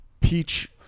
peach